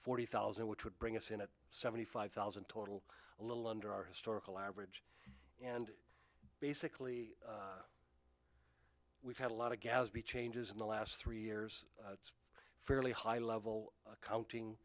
forty thousand which would bring us in at seventy five thousand total a little under our historical average and basically we've had a lot of gadsby changes in the last three years it's fairly high level counting